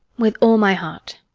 with all my heart.